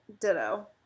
ditto